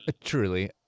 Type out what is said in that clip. truly